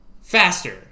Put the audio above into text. Faster